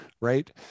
right